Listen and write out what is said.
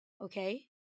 okay